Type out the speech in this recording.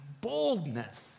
boldness